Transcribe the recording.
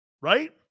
right